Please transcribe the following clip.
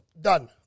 Done